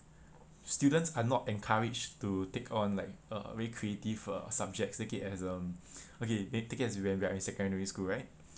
students are not encouraged to take on like uh very creative uh subjects take it as um okay take it as when we are in secondary school right